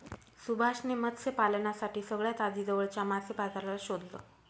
सुभाष ने मत्स्य पालनासाठी सगळ्यात आधी जवळच्या मासे बाजाराला शोधलं